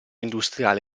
industriale